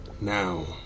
Now